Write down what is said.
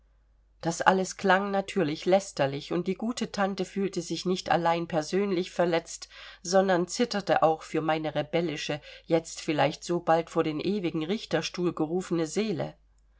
das alles klang natürlich lästerlich und die gute tante fühlte sich nicht allein persönlich verletzt sondern zitterte auch für meine rebellische jetzt vielleicht so bald vor den ewigen richterstuhl gerufene seele